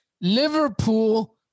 Liverpool